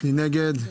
מי נגד?